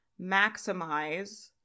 maximize